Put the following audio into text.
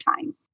time